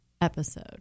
episode